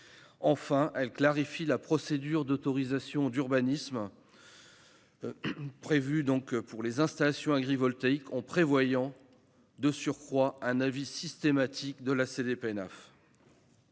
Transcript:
Enfin, elle clarifie la procédure d'autorisation d'urbanisme prévue pour les installations agrivoltaïques, en prévoyant un avis systématique de la